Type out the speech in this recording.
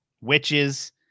witches